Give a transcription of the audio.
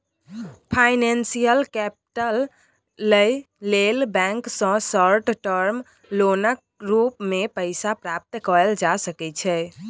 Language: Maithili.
फाइनेंसियल कैपिटल लइ लेल बैंक सँ शार्ट टर्म लोनक रूप मे पैसा प्राप्त कएल जा सकइ छै